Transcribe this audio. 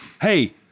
Hey